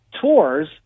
tours